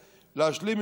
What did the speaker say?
להשלים,